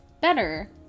better